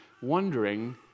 wondering